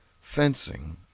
fencing